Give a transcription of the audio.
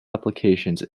applications